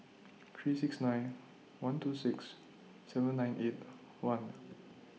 three six nine one two six seven nine eight one